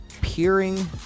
peering